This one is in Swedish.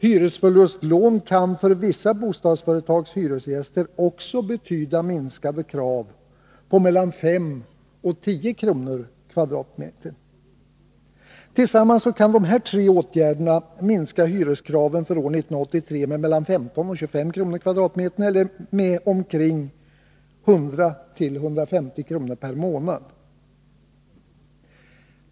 Hyresförlustlån kan för vissa bostadsföretags hyresgäster också betyda minskade krav på mellan 5 och 10 kr. per m?. Tillsammans kan de här tre åtgärderna minska hyreskraven för år 1983 med mellan 15 och 25 kr. per m? eller med omkring 100-150 kr. per månad.